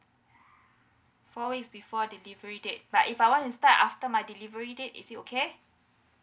four weeks before the delivery date but if I wanna start after my delivery date is it okay